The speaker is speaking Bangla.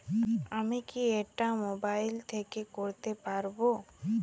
আমি কি এটা মোবাইল থেকে করতে পারবো?